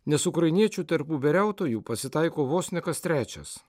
nes ukrainiečių tarp uberiautojų pasitaiko vos ne kas trečias